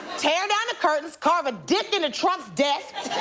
tear down the curtains, carve a dick into trump's desk.